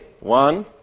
One